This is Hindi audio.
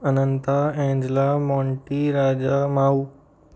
Ananta Angela Monty Raja Mau